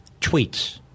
tweets